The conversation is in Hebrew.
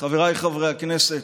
חבריי חברי הכנסת,